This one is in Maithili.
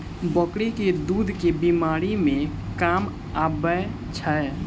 बकरी केँ दुध केँ बीमारी मे काम आबै छै?